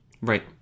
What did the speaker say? Right